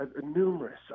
numerous